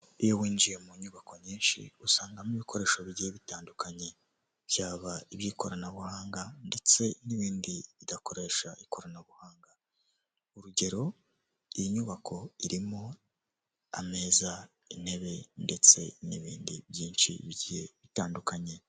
Iyo winjiye mu nyubako nyinshi usangamo ibikoresho bigiye bitandukanye, byaba iby'ikoranabuhanga ndetse n'ibindi bidakoresha ikoranabuhanga. Urugero: iyi nyubako irimo ameza, intebe ndetse n'ibindi byinshi bigiye bitandukanye.